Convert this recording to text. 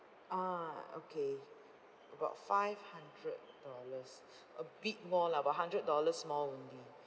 ah okay about five hundred dollars a bit more lah about hundred dollars more only